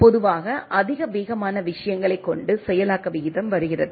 பொதுவாக அதிக வேகமான விஷயங்களைக் கொண்டு செயலாக்க விகிதம் வருகிறது